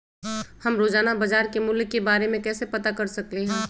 हम रोजाना बाजार के मूल्य के के बारे में कैसे पता कर सकली ह?